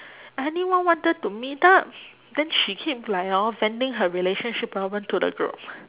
anyone wanted to meet up then she keep like hor venting her relationship problem to the group